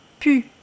pu